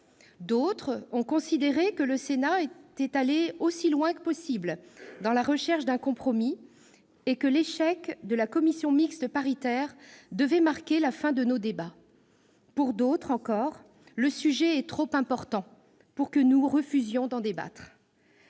D'autres ont considéré que le Sénat était allé aussi loin que possible dans la recherche d'un compromis et que l'échec de la commission mixte paritaire devait marquer la fin de nos débats. Pour d'autres encore, le sujet est trop important pour que nous refusions d'en débattre.